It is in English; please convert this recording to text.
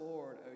Lord